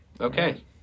okay